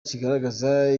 kigaragaza